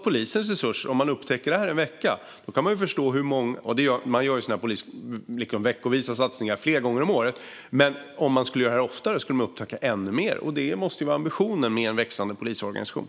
Polisen gör sådana veckovisa satsningar flera gånger om året. Om de upptäcker detta under en vecka kan man förstå att om de skulle göra det oftare så skulle de upptäcka ännu mer. Det måste vara ambitionen med en växande polisorganisation.